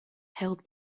held